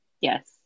Yes